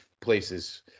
places